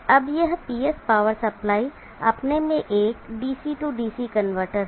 अब यह PS power supply अपने में एक डीसी डीसी कनवर्टर है